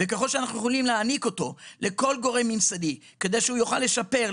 וככל שאנחנו יכולים להעניק אותו לכל גורם ממסדי כדי שהוא יוכל לשפר,